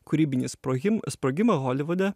kūrybinį sprohim sprogimą holivude